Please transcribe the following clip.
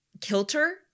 kilter